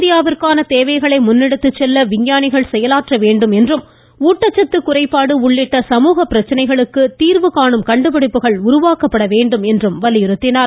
இந்தியாவிற்கான தேவைகளை முன்னெடுத்துச் செல்ல விஞ்ஞானிகள் செயலாற்ற வேண்டும் என்றும் ஊட்டச்சத்து குறைபாடு உள்ளிட்ட சமூக பிரச்சினைகளுக்கு தீர்வு காணம் கண்டுபிடிப்புகள் உருவாக்கப்பட வேண்டும் என்றார்